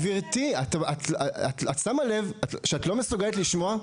גברתי, את שמה לב שאת לא מסוגלת לשמוע?